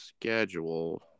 schedule